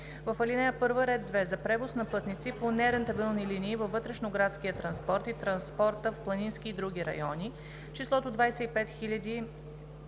В ал. 1 ред 2. „За превоз на пътници по нерентабилни линии във вътрешноградския транспорт и транспорта в планински и други райони“ числото „25 000,0